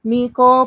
Miko